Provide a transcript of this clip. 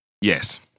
Yes